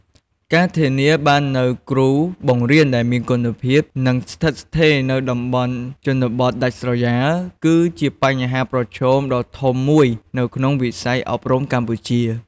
ការធានាបាននូវគ្រូបង្រៀនដែលមានគុណភាព និងស្ថិតស្ថេរនៅតាមតំបន់ជនបទដាច់ស្រយាល គឺជាបញ្ហាប្រឈមដ៏ធំមួយនៅក្នុងវិស័យអប់រំកម្ពុជា។